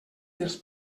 dels